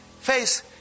face